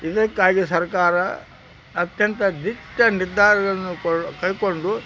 ಇದಕ್ಕಾಗಿ ಸರ್ಕಾರ ಅತ್ಯಂತ ದಿಟ್ಟ ನಿರ್ಧಾರಗಳನ್ನು ಕೊಳ್ ಕೈಗೊಂಡು